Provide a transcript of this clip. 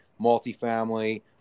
multifamily